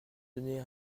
donner